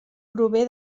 prové